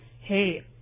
Hey